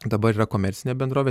dabar yra komercinė bendrovė